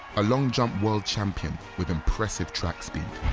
a long jump world champion with impressive track speed.